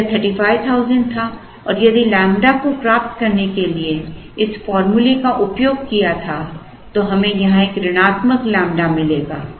यदि यह 35000 था और यदि ƛ को प्राप्त करने के लिए इस फार्मूले का उपयोग किया था तो हमें यहां एक ऋणात्मक ƛ मिलेगा